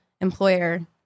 employer